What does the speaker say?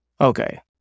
okay